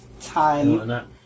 time